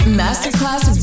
masterclass